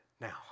Now